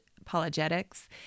apologetics